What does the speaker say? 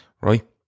right